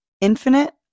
infinite